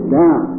down